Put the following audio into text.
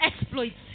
exploits